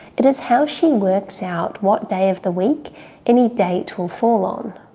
it is how she works out what day of the week any date will fall on.